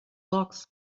box